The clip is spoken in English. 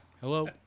Hello